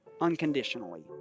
unconditionally